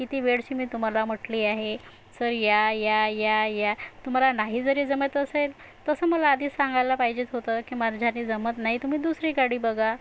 किती वेळची मी तुम्हाला म्हटले आहे सर या या या या तुम्हाला नाही जरी जमत असेल तसं मला आधी सांगायला पाहिजेच होतं की माझ्याने जमत नाही तुम्ही दुसरी गाडी बघा